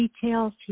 details